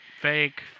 fake